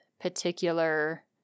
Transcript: particular